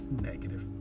negative